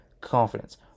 confidence